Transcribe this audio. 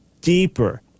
deeper